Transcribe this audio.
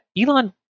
elon